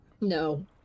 No